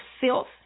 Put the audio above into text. filth